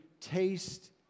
taste